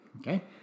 Okay